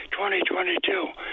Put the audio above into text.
2022